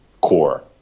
core